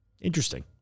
Interesting